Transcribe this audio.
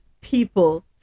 people